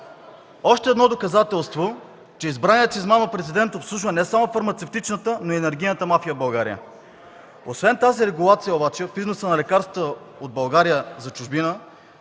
Още едно доказателство, че избраният с измама президент обслужва не само фармацевтичната, но и енергийната мафия в България. Освен тази регулация в износа на лекарства от България за чужбина,